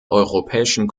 europäischen